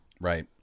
right